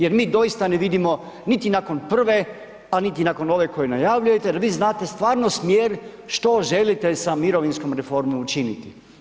Jer mi doista ne vidimo niti nakon prve a niti nakon ove koju najavljujete jer vi znate stvarno smjer što želite sa mirovinskom reformom učiniti.